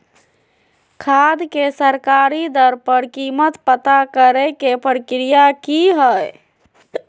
खाद के सरकारी दर पर कीमत पता करे के प्रक्रिया की हय?